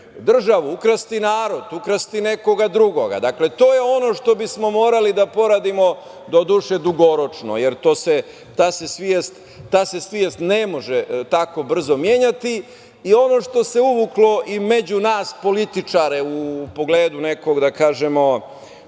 države, ukrasti od naroda, ukrasti od nekog drugoga. Dakle, to je ono što bismo morali da poradimo, doduše dugoročno, jer to se, ta se svest ne može tako brzo menjati. Ono što se uvuklo i među nas političare u pogledu nekog, da kažemo,